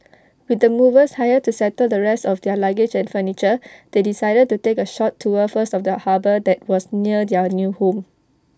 with the movers hired to settle the rest of their luggage and furniture they decided to take A short tour first of the harbour that was near their new home